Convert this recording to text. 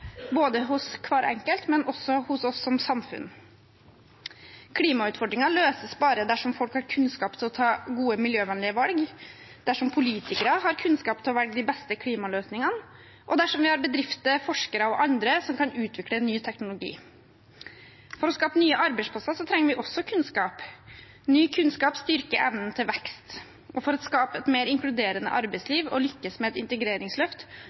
både hos hver enkelt og hos oss som samfunn. Klimautfordringen løses bare dersom folk har kunnskap til å ta gode, miljøvennlige valg, dersom politikere har kunnskap til å velge de beste klimaløsningene, og dersom vi har bedrifter, forskere og andre som kan utvikle ny teknologi. For å skape nye arbeidsplasser trenger vi også kunnskap. Ny kunnskap styrker evnen til vekst. For å skape et mer inkluderende arbeidsliv og for å lykkes med et integreringsløft